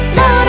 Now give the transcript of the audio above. no